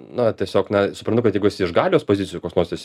na tiesiog na suprantu kad jeigu esi iš galios pozicijų koks nors es